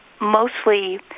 mostly